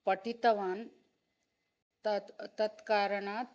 पठितवान् तत् तद् तत्कारणात्